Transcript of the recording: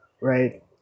right